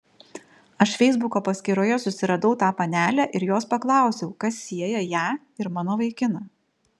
aš feisbuko paskyroje susiradau tą panelę ir jos paklausiau kas sieja ją ir mano vaikiną